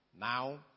now